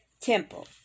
temple